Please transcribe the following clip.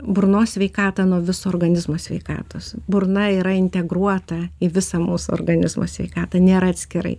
burnos sveikatą nuo viso organizmo sveikatos burna yra integruota į visą mūsų organizmo sveikatą nėra atskirai